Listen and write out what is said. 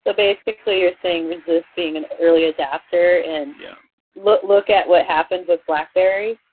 ah basically, you're saying resist being an early adapter and yeah look look at what happened with blackberry?